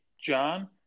John